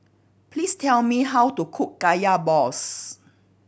please tell me how to cook Kaya balls